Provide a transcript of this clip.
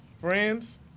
friends